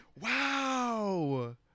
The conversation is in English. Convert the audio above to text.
Wow